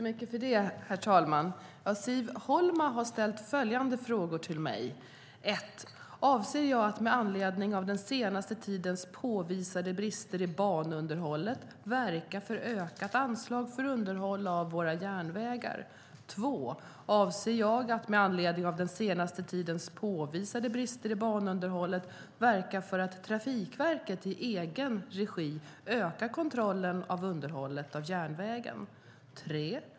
Herr talman! Siv Holma har ställt följande frågor till mig. 1. Avser jag att, med anledning av den senaste tidens påvisade brister i banunderhållet, verka för ökat anslag för underhåll av våra järnvägar? 2. Avser jag att, med anledning av den senaste tidens påvisade brister i banunderhållet, verka för att Trafikverket i egen regi ökar kontrollen av underhållet av järnvägen? 3.